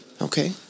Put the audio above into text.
Okay